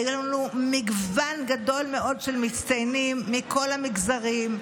היה לנו מגוון גדול מאוד של מצטיינים מכל המגזרים,